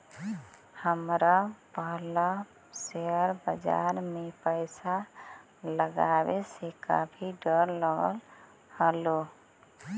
हमरा पहला शेयर बाजार में पैसा लगावे से काफी डर लगअ हलो